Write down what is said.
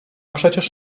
przecież